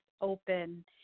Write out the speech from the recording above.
open